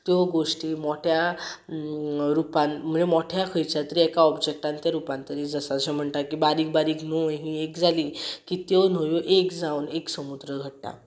त्यो गोश्टी मोट्या रुपान म्हणजे मोठ्या खंयच्या तरी एका ऑब्जॅक्टान ते रुपांतरीत आसा अशें म्हणटा की बारीक बारीक न्होंय ही एक जाली कितक्यो न्हंयो एक जावन एक समुद्र घडटा